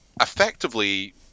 effectively